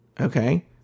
Okay